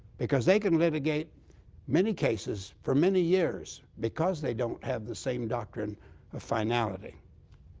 because they can litigate many cases for many years because they don't have the same doctrine of finality.